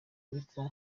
ariko